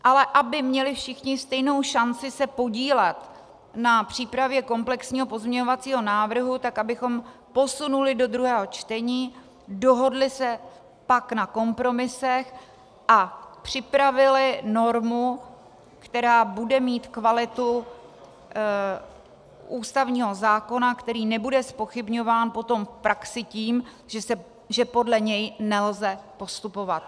Ale aby měli všichni stejnou šanci se podílet na přípravě komplexního pozměňovacího návrhu, tak abychom posunuli do druhého čtení, dohodli se pak na kompromisech a připravili normu, která bude mít kvalitu ústavního zákona, který nebude zpochybňován potom v praxi tím, že podle něj nelze postupovat.